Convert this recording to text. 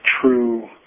true